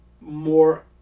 more